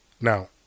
Now